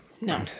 No